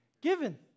given